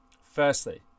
firstly